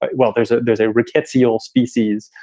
ah well, there's a there's a rickety old species,